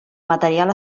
material